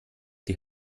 die